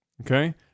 okay